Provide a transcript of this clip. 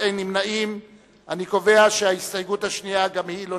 ההסתייגות (2)